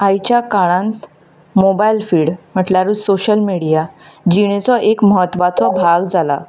आयच्या काळांत mobile feed म्हणल्यारूच सोशियल मिडिया जिणेचो एक म्हत्वाचो भाग जाला